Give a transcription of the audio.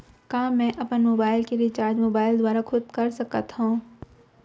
का मैं अपन मोबाइल के रिचार्ज मोबाइल दुवारा खुद कर सकत हव?